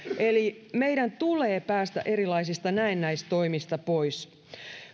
eli meidän tulee päästä erilaisista näennäistoimista pois